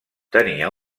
tenia